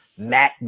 macbook